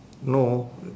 no